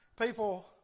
People